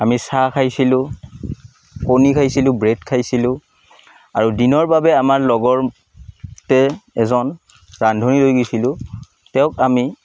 আমি চাহ খাইছিলোঁ কণী খাইছিলোঁ ব্ৰেড খাইছিলোঁ আৰু দিনৰ বাবে আমাৰ লগৰতে এজন ৰান্ধনি লৈ গৈছিলোঁ তেওঁক আমি